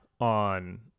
on